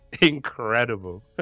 Incredible